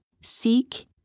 Seek